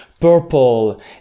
purple